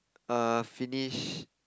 err finish